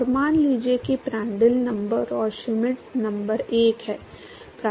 और मान लीजिए कि प्रांट्ल नंबर और श्मिट नंबर एक हैं